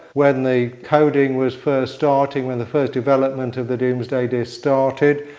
when the coding was first starting, when the first development of the domesday disc started,